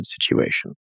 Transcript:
situation